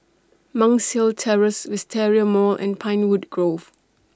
Monk's Hill Terrace Wisteria Mall and Pinewood Grove